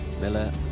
Miller